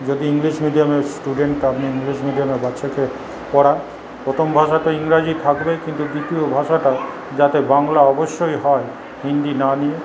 যদি ইংলিশ মিডিয়ামের স্টুডেন্ট আপনি ইংলিশ মিডিয়ামের বাচ্চাকে পড়াক প্রথম ভাষাটা ইংরেজি থাকবে কিন্তু দ্বিতীয় ভাষাটা যাতে বাংলা অবশ্যই হয় হিন্দি না নিয়ে